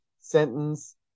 sentence